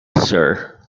sir